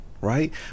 Right